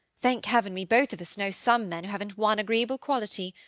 thank heaven, we both of us know some men who haven't one agreeable quality.